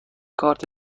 کارت